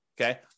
okay